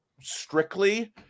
strictly